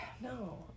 No